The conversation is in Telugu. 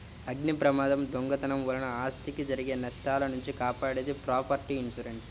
అగ్నిప్రమాదం, దొంగతనం వలన ఆస్తికి జరిగే నష్టాల నుంచి కాపాడేది ప్రాపర్టీ ఇన్సూరెన్స్